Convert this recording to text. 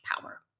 power